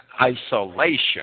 isolation